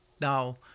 Now